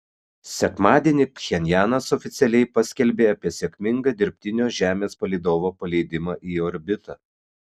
sekmadienį pchenjanas oficialiai paskelbė apie sėkmingą dirbtinio žemės palydovo paleidimą į orbitą